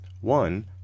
One